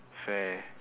fair~